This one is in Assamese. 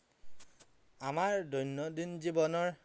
আমাৰ দৈনন্দিন জীৱনৰ